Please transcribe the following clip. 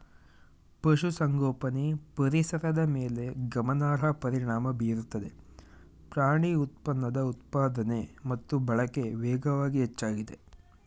ಪಶುಸಂಗೋಪನೆ ಪರಿಸರದ ಮೇಲೆ ಗಮನಾರ್ಹ ಪರಿಣಾಮ ಬೀರುತ್ತದೆ ಪ್ರಾಣಿ ಉತ್ಪನ್ನದ ಉತ್ಪಾದನೆ ಮತ್ತು ಬಳಕೆ ವೇಗವಾಗಿ ಹೆಚ್ಚಾಗಿದೆ